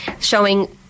showing